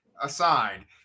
aside